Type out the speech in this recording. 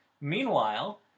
Meanwhile